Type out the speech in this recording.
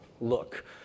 look